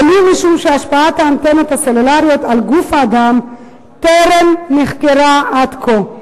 ולו משום שהשפעת האנטנות הסלולריות על גוף האדם טרם נחקרה עד כה.